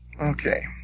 Okay